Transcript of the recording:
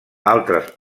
altres